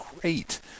great